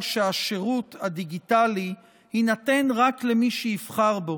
שהשירות הדיגיטלי יינתן רק למי שיבחר בו,